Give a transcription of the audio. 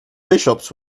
bishops